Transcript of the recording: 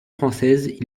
française